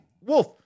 Wolf